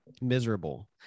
miserable